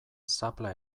zapla